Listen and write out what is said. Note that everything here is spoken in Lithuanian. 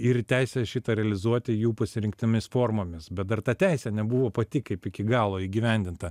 ir teisę šitą realizuoti jų pasirinktomis formomis bet dar ta teisė nebuvo pati kaip iki galo įgyvendinta